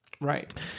Right